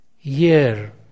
year